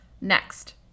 Next